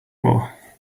more